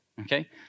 Okay